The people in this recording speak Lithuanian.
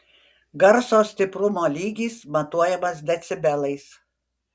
garso stiprumo lygis matuojamas decibelais